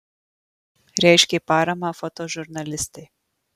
reiškė paramą fotožurnalistei